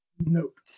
Nope